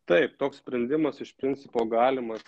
taip toks sprendimas iš principo galimas